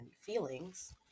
feelings